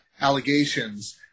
allegations